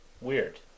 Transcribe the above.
Weird